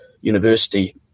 university